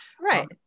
Right